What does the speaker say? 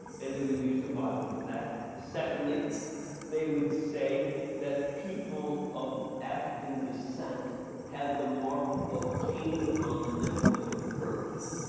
and they would use the bible for that and second they they would say that people of african descent had the mark of cain on them therefore they were cursed.